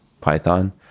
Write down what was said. Python